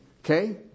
Okay